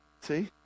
See